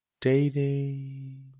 dating